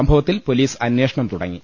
സംഭവത്തിൽ പൊലീസ് അന്വേഷണം തുട ങ്ങി